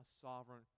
sovereign